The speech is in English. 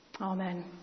Amen